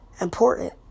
important